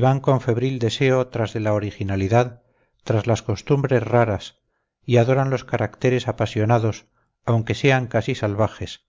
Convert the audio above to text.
van con febril deseo tras de la originalidad tras las costumbres raras y adoran los caracteres apasionados aunque sean casi salvajes